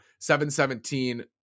717